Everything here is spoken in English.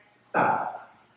stop